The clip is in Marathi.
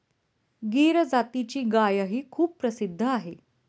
गीर जातीची गायही खूप प्रसिद्ध आहे